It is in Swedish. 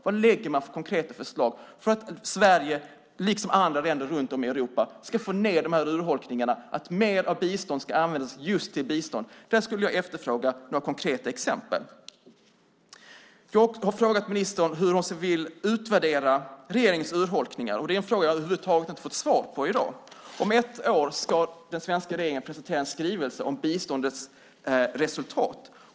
Vad lägger man fram för konkreta förslag för att Sverige liksom andra länder runt om i Europa ska få ned urholkningarna så att mer av bistånd ska användas just till bistånd? Där skulle jag vilja efterfråga några konkreta exempel. Jag har frågat ministern hur hon vill utvärdera regeringens urholkningar. Det är en fråga som jag över huvud taget inte har fått svar på i dag. Om ett år ska den svenska regeringen presentera en skrivelse om biståndets resultat.